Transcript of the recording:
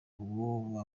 uwo